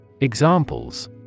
Examples